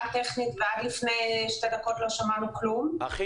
טכנית ועד לפני שתי דקות לא שמענו כלום,